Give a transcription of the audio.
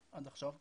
עד עכשיו כמעט.